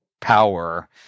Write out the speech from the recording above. power